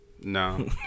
No